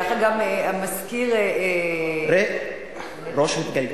ככה גם המזכיר, ראש מתגלגל?